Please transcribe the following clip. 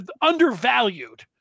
undervalued